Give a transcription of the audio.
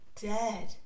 dead